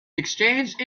exchanged